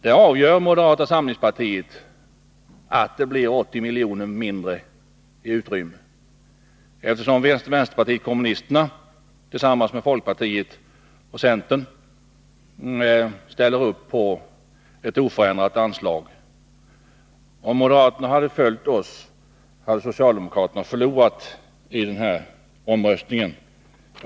Där avgör moderata samlingspartiet att det blir 80 miljoner mindre i utrymme, eftersom vänsterpartiet kommunisterna tillsammans med folkpartiet och centern ställer upp på ett oförändrat anslag. Om moderaterna hade följt oss, hade socialdemokraterna förlorat i den här omröstningen. Vi har nämligen en minoritetsregering.